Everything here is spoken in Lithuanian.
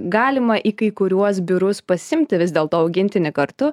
galima į kai kuriuos biurus pasiimti vis dėl to augintinį kartu